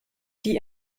die